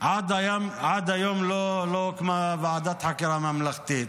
לא מוקמת ועדת חקירה ממלכתית.